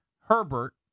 Herbert